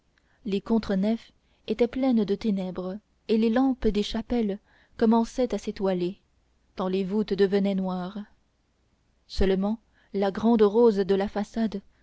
les contre nefs étaient pleines de ténèbres et les lampes des chapelles commençaient à s'étoiler tant les voûtes devenaient noires seulement la grande rose de la façade